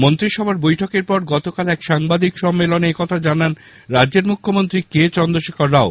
মন্ত্রিসভার বৈঠকের পর গতকাল এক সাংবাদিক সম্মেলনে একথা জানান রাজ্যের মুখ্যমন্ত্রী কে চন্দ্রশেখর রাও